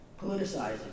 politicizing